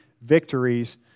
victories